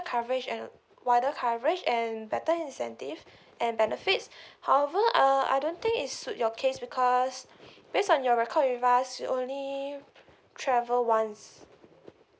coverage and wider coverage and better incentive and benefits however uh I don't think is suit your case because based on your record with us you only travel once